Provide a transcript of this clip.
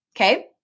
Okay